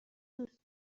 دوست